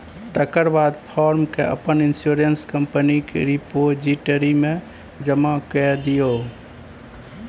तकर बाद फार्म केँ अपन इंश्योरेंस कंपनीक रिपोजिटरी मे जमा कए दियौ